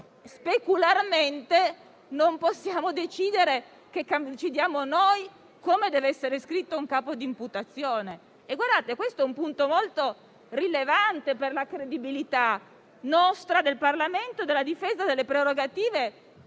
specularmente non possiamo decidere noi come deve essere scritto un capo di imputazione. Guardate che questo è un punto molto rilevante per la credibilità nostra, del Parlamento, e per la difesa delle prerogative,